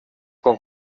con